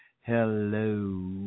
Hello